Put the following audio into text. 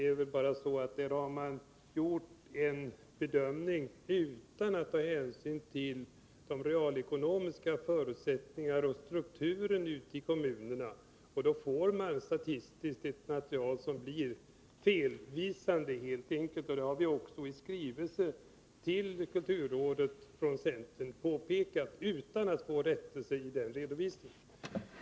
Där har man gjort en bedömning utan att ta hänsyn till de realekonomiska förutsättningarna och strukturen ute i kommunerna, och då får man ett statistiskt material som helt enkelt blir missvisande. Det har vi också från centern påpekat i skrivelse till kulturrådet, utan att få rättelse i denna redovisning.